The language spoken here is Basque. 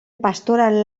pastoral